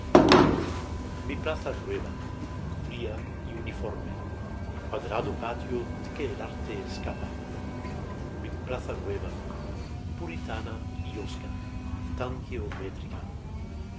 mi plaza nueva fría y uniforme cuadrado patio de que el arte escapa mi plaza nueva puritana y hosca tan geométrica